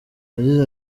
yagize